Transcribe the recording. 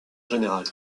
général